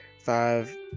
five